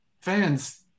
fans